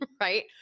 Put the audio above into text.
right